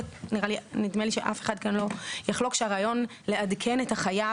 נדמה לי שאף אחד כאן לא יחלוק על כך שהרעיון לעדכן את החייב,